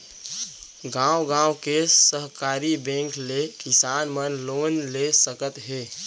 गॉंव गॉंव के सहकारी बेंक ले किसान मन लोन ले सकत हे